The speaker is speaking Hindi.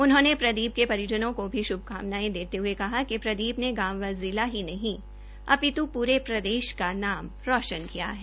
उन्होंने प्रदीप के परिजनों को भी शुभकामनायें देते हये कहा कि प्रदीप ने गांव व जिला ही नहीं अपितु पूरे प्रदेश का नाम रोशन किया है